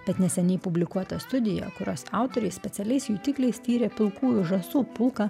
bet neseniai publikuota studija kurios autoriai specialiais jutikliais tyrė pilkųjų žąsų pulką